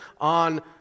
on